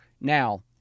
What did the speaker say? now